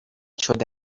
شده